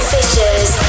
Fishers